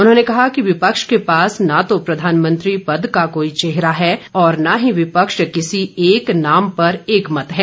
उन्होंने कहा कि विपक्ष के पास न तो प्रधानमंत्री पद का कोई चेहरा है और न ही विपक्ष किसी एक नाम पर एकमत है